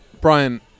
Brian